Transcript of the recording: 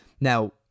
Now